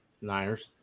Niners